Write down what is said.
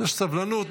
54 שאילתות.